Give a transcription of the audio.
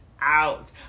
out